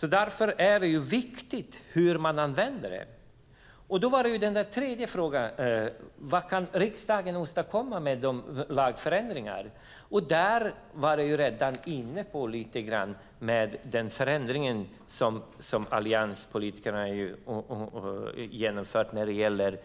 Därför är det viktigt hur man använder dem. Då har vi den tredje frågan, vad riksdagen kan åstadkomma med lagförändringar. Där har vi redan varit inne lite grann på den förändring som allianspolitikerna har genomfört när det gäller